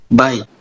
bye